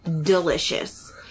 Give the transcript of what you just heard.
delicious